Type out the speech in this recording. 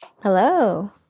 Hello